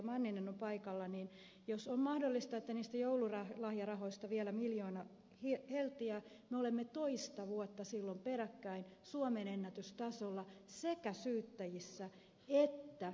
manninen on paikalla totean että jos on mahdollista että niistä joululahjarahoista vielä miljoona heltiää me olemme toista vuotta silloin peräkkäin suomenennätystasolla sekä syyttäjissä että tuomareissa